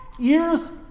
Ears